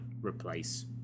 replace